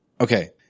okay